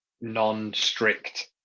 non-strict